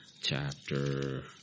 Chapter